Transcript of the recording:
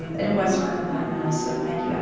um and it was furman fundamentals, so thank you, um